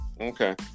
okay